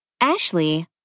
Ashley